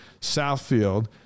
Southfield